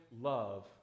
love